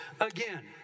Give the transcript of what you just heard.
again